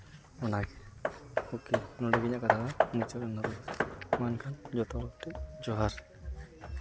ᱚᱱᱟ ᱯᱚᱠᱠᱷᱮ ᱱᱚᱰᱮ ᱜᱮ ᱤᱧᱟᱹᱜ ᱠᱟᱛᱷᱟ ᱫᱚ ᱢᱩᱪᱟᱹᱫ ᱮᱱᱟ ᱢᱟ ᱮᱱᱠᱷᱟᱱ ᱡᱚᱛᱚ ᱦᱚᱲᱴᱷᱮᱱ ᱡᱚᱦᱟᱨ